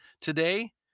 today